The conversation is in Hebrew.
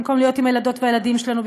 במקום להיות עם הילדות והילדים שלנו,